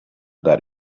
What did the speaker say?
that